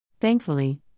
Thankfully